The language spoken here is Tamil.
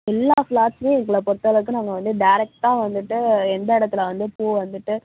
எல்லா ஃப்ளவர்ஸுமே எங்களை பொருத்தளவுக்கு நாங்கள் வந்து டேரக்ட்டா வந்துட்டு எந்த இடத்துல வந்து பூ வந்துட்டு